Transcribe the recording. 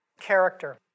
Character